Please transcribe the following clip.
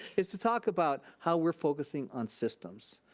is to talk about how we're focusing on systems.